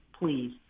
please